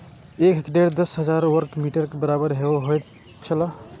एक हेक्टेयर दस हजार वर्ग मीटर के बराबर होयत छला